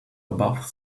above